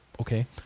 Okay